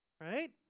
right